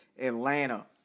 atlanta